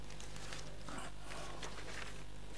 בבקשה.